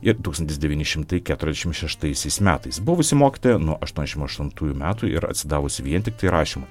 ir tūkstantis devyni šimtai keturiasdešim šeštaisiais metais buvusi mokytoja nuo aštuoniašim aštuntųjų metų yra atsidavusi vien tiktai rašymui